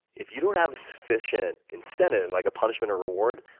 if you don't have sufficient incentives, like a punishment or reward,